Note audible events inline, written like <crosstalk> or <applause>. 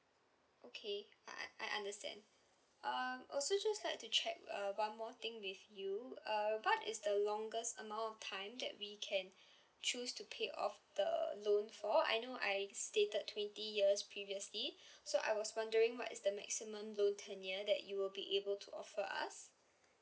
okay I I I understand um also just like to check uh one more thing with you uh what is the longest amount of time that we can <breath> choose to pay off the loan for I know I stated twenty years previously <breath> so I was wondering what's the maximum loan term year that you will be able to offer us